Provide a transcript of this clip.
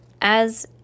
As